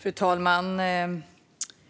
Fru talman!